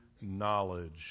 knowledge